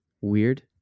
weird